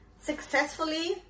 successfully